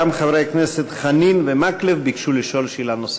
גם חברי הכנסת חנין ומקלב ביקשו לשאול שאלה נוספת.